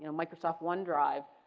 you know microsoft one drive.